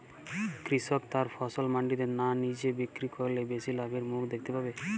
কৃষক তার ফসল মান্ডিতে না নিজে বিক্রি করলে বেশি লাভের মুখ দেখতে পাবে?